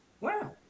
Wow